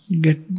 get